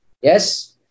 Yes